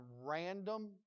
random